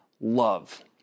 love